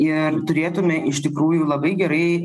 ir turėtume iš tikrųjų labai gerai